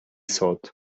thought